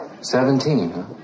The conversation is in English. Seventeen